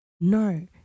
No